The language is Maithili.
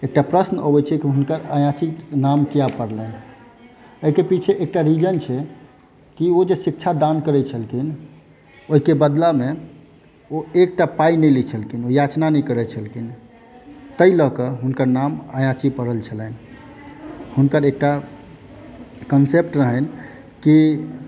एकटा प्रश्न अबै छै की हुनकर अयाची नाम किया परलनि एकर पीछे एकटा रीजन छै की ओ जे शिक्षा दान करै छलखिन ओहिके बदलामे ओ एकटा पाई नहि लै छलखिन याचना नहि करै छलखिन ताहि लऽ के हुनकर नाम अयाची परल छलनि हुनकर एकटा कंसेप्ट रहनि की